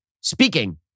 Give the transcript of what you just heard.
Speaking